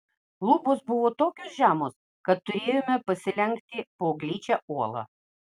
lubos buvo tokios žemos kad turėjome pasilenkti po gličia uola